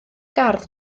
gardd